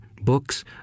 books